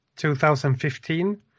2015